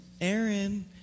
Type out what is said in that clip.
Aaron